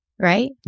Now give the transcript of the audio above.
Right